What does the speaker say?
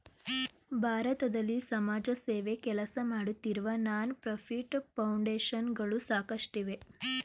ಭಾರತದಲ್ಲಿ ಸಮಾಜಸೇವೆ ಕೆಲಸಮಾಡುತ್ತಿರುವ ನಾನ್ ಪ್ರಫಿಟ್ ಫೌಂಡೇಶನ್ ಗಳು ಸಾಕಷ್ಟಿವೆ